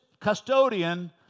custodian